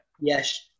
Yes